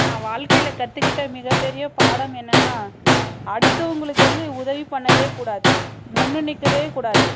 நான் வாழ்க்கைல கற்றுக்கிட்ட மிகப்பெரிய பாடம் என்னென்னா அடுத்தவர்களுக்கு வந்து உதவி பண்ணவே கூடாது முன்னே நிற்கவே கூடாது